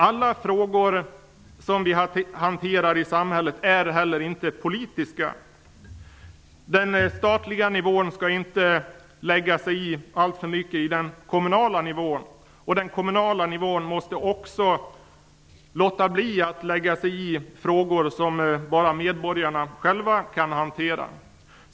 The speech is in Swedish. Alla frågor som vi hanterar i samhället är inte heller politiska. På den statliga nivån skall man inte alltför mycket lägga sig i vad som sker på den kommunala nivån. På den kommunala nivån måste man också låta bli att lägga sig i frågor som bara medborgarna själva kan hantera.